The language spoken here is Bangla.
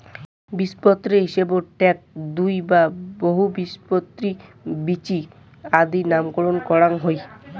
বীজপত্রর হিসাবত এ্যাক, দুই বা বহুবীজপত্রী বীচি আদি নামকরণ করাং হই